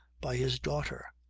by his daughter.